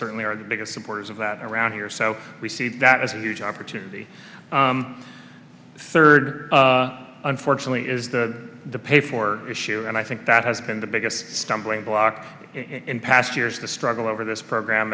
certainly are the biggest supporters of that around here so we see that as a huge opportunity unfortunately is the pay for issue and i think that has been the biggest stumbling block in past years the struggle over this program